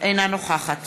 אינה נוכחת